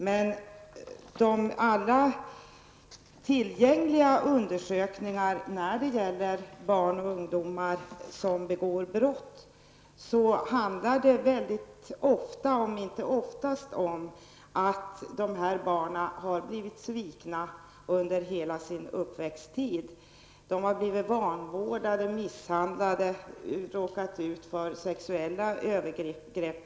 Men alla tillgängliga undersökningar om barn och ungdomar som begår brott visar oftast att de blivit svikna under hela sin uppväxttid. De har blivit vanvårdade, misshandlade samt även råkat ut för sexuella övergrepp.